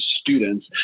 students